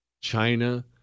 China